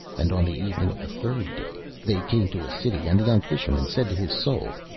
and on the evening of the third day they came to a city, and the young fisherman said to his soul,